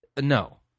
No